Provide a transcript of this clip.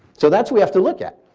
so that's we have to look at.